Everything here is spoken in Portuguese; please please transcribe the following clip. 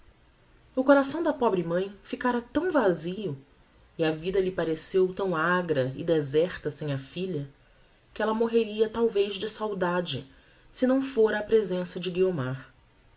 o coração da pobre mãe ficára tão vasio e a vida lhe pareceu tão agra e deserta sem a filha que ella morreria talvez de saudade se não fora a presença de guiomar